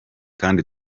kandi